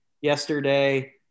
yesterday